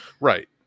Right